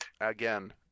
Again